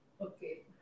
okay